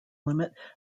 limit